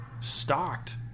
stocked